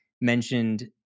mentioned